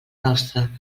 nostra